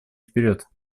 вперед